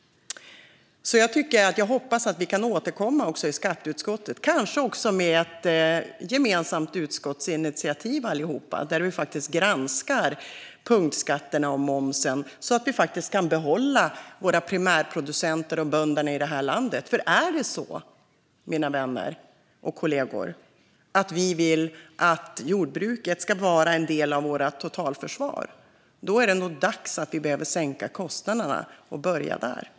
Jag hoppas att vi kan återkomma till detta i skatteutskottet, kanske med ett gemensamt utskottsinitiativ där vi allihop granskar punktskatterna och momsen, så att vi kan behålla våra primärproducenter och bönder i det här landet. Är det så, mina vänner och kollegor, att vi vill att jordbruket ska vara en del av vårt totalförsvar är det nog dags att vi sänker kostnaderna och börjar där.